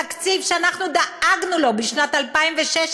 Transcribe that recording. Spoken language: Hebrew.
תקציב שאנחנו דאגנו לו בשנת 2016,